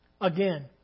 again